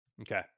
Okay